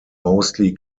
mostly